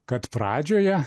kad pradžioje